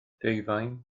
ddeufaen